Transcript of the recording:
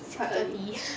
six thirty